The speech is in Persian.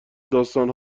داستان